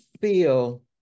feel